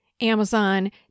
Amazon